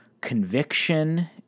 conviction